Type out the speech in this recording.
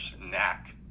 knack